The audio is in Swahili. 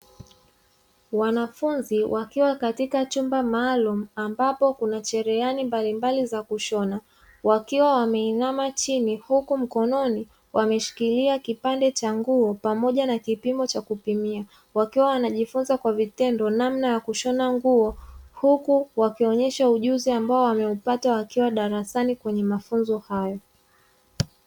Wanafunzi wakiwa katika chumba maalumu, ambapo kuna cherehani mbalimbali za kushona, wakiwa wameinama chini, huku mkononi wameshikilia kipande cha nguo pamoja na kipimo cha kupimia, wakiwa wanajifunza kwa vitendo namna ya kushona nguo, huku wakionyesha ujuzi ambao wameupata wakiwa darasani kwenye mafunzo hayo.